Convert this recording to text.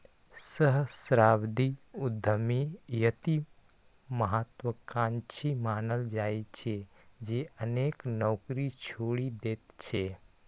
सहस्राब्दी उद्यमी अति महात्वाकांक्षी मानल जाइ छै, जे अनेक नौकरी छोड़ि दैत छै